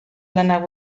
lanak